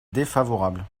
défavorable